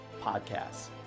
podcasts